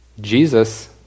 Jesus